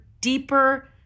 deeper